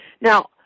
Now